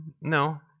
no